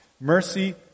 Mercy